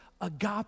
agape